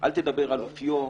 אל דבר על אופיו,